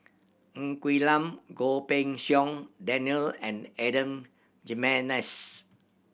Ng Quee Lam Goh Pei Siong Daniel and Adan Jimenez